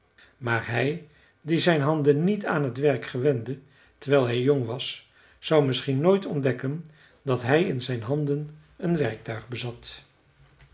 maar hij die zijn handen niet aan t werk gewende terwijl hij jong was zou misschien nooit ontdekken dat hij in zijn handen een werktuig bezat